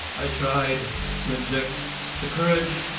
i tried to inject the courage